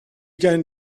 going